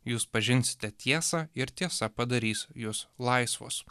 jūs pažinsite tiesą ir tiesa padarys jus laisvus